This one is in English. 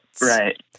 Right